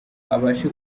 abashe